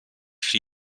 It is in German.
für